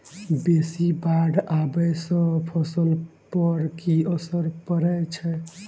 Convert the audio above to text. बेसी बाढ़ आबै सँ फसल पर की असर परै छै?